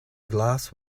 glass